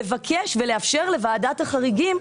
לבקש ולאפשר לוועדת החריגים,